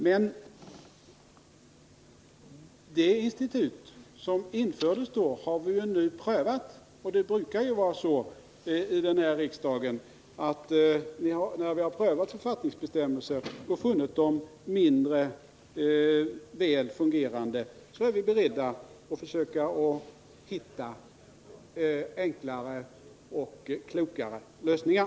Men det institut som infördes då har vi nu prövat, och det brukar vara så i den här riksdagen att när vi har prövat författningsbestämmelser och funnit dem mindre väl fungerande, så är vi beredda att försöka hitta enklare och klokare lösningar.